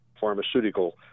pharmaceutical